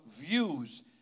views